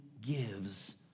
gives